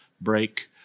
break